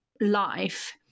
life